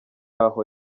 aho